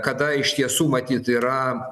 kada iš tiesų matyt yra